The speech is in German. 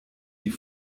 die